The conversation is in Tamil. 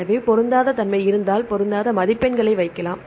எனவே பொருந்தாத தன்மை இருந்தால் பொருந்தாத மதிப்பெண்ணை வைக்கலாம்